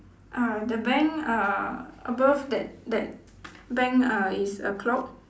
uh the bank uh above that that bank uh is a clock